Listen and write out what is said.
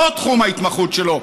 זה לא תחום ההתמחות שלו.